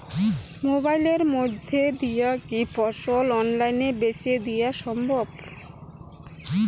মোবাইলের মইধ্যে দিয়া কি ফসল অনলাইনে বেঁচে দেওয়া সম্ভব?